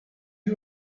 you